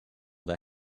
that